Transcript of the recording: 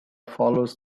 follows